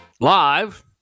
live